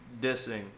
dissing